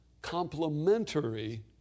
complementary